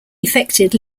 effected